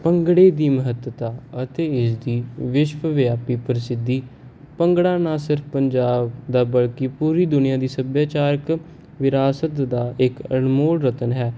ਭੰਗੜੇ ਦੀ ਮਹੱਤਤਾ ਅਤੇ ਇਸ ਦੀ ਵਿਸ਼ਵ ਵਿਆਪੀ ਪ੍ਰਸਿੱਧੀ ਭੰਗੜਾ ਨਾ ਸਿਰਫ ਪੰਜਾਬ ਦਾ ਬਲਕੀ ਪੂਰੀ ਦੁਨੀਆਂ ਦੀ ਸੱਭਿਆਚਾਰਕ ਵਿਰਾਸਤ ਦਾ ਇੱਕ ਅਨਮੋਲ ਰਤਨ ਹੈ